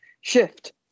shift